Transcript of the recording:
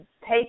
take